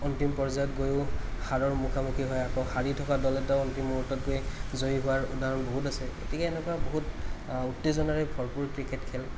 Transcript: অন্তিম পৰ্য্যায়ত গৈও হাৰৰ মুখামুখি হয় আকৌ হাৰি থকা দল এটাও অন্তিম মুহূৰ্তত গৈ জয়ী হোৱাৰ উদাহৰণ বহুত আছে গতিকে এনেকুৱা বহুত উত্তেজনাৰে ভৰপূৰ ক্ৰিকেট খেল